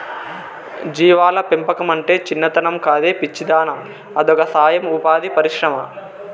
జీవాల పెంపకమంటే చిన్నతనం కాదే పిచ్చిదానా అదొక సొయం ఉపాధి పరిశ్రమ